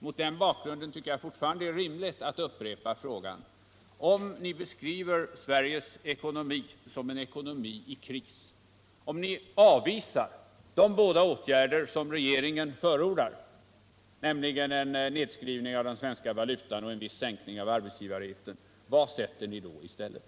Mot denna bakgrund tycker jag fortfarande att det är rimligt att upprepa frågan: Om ni beskriver Sveriges ekonomi som en ekonomi i kris och om ni avvisar de båda åtgärder som regeringen förordar, nämligen en nedskrivning av valutan och en viss sänkning av arbetsgivaravgiften, vad sätter ni då i stället?